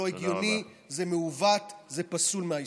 זה לא הגיוני, זה מעוות, זה פסול מהיסוד.